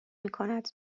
میکند